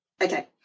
Okay